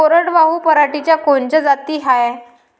कोरडवाहू पराटीच्या कोनच्या जाती हाये?